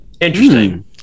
Interesting